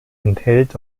enthält